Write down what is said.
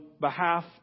behalf